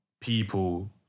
people